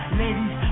ladies